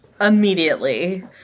immediately